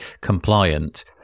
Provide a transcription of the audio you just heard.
compliant